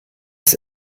ist